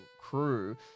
crew